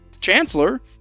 Chancellor